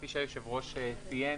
כפי שהיושב-ראש ציין,